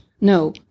No